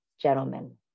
gentlemen